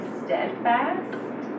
steadfast